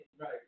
right